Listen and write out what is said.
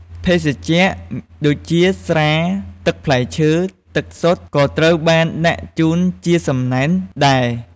ភេសជ្ជៈ ដូចជា ស្រា ទឹកផ្លែឈើ ទឹកសុទ្ធ ក៏ត្រូវបានដាក់ជូនជាសំណែនដែរ។